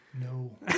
no